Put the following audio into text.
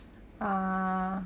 ah